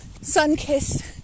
sun-kissed